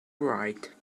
write